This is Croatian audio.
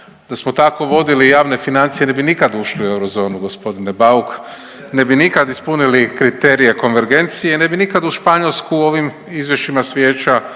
Da smo tako vodili javne financije ne bi nikad ušli u eurozonu gospodine Bauk, ne bi nikad ispunili kriterije konvergencije, ne bi nikad u Španjolsku ovim izvješćima s vijeća